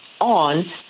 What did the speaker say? on